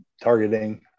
targeting